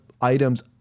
items